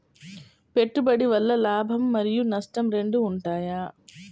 పెట్టుబడి వల్ల లాభం మరియు నష్టం రెండు ఉంటాయా?